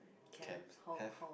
camps have